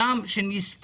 חבר הכנסת אזולאי, בבקשה.